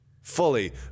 fully